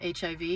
HIV